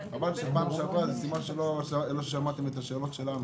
שבפעם שעברה לא שמעתם את השאלות שלנו.